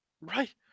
Right